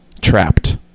trapped